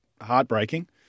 heartbreaking